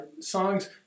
songs